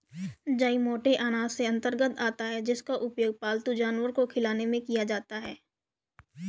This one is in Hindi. जई मोटे अनाज के अंतर्गत आता है जिसका उपयोग पालतू जानवर को खिलाने में किया जाता है